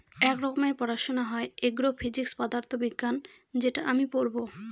এক রকমের পড়াশোনা হয় এগ্রো ফিজিক্স পদার্থ বিজ্ঞান যেটা আমি পড়বো